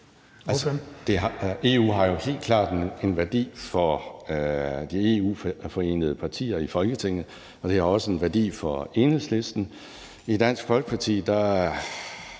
EU har jo helt klart en værdi for de EU-forenede partier i Folketinget, og det har også en værdi for Enhedslisten. I Dansk Folkeparti er